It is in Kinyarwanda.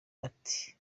ati